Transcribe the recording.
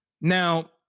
Now